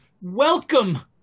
Welcome